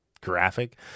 graphic